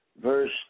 verse